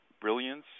brilliance